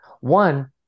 one